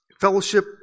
Fellowship